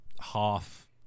half